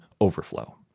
overflow